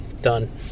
Done